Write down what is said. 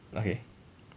okay